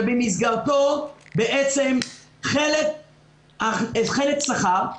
שבמסגרתו בעצם חלף שכר,